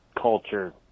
culture